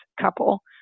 couple